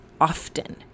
often